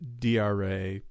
DRA